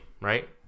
right